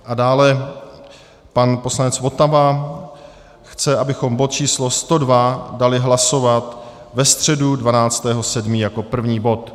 A dále pan poslanec Votava chce, abychom bod číslo 102 dali hlasovat ve středu 12. 7. jako první bod.